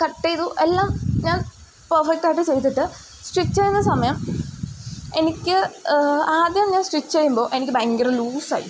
cut ചെയ്തു എല്ലാം ഞാൻ പെർഫെക്റ്റായിട്ട് ചെയ്തിട്ട് സ്റ്റിച്ച് ചെയ്യുന്ന സമയം എനിക്ക് ആദ്യം ഞാൻ സ്റ്റിച്ച് ചെയ്യുമ്പോൾ എനിക്ക് ഭയങ്കര ലൂസായി